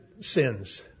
sins